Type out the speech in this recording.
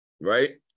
right